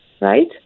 right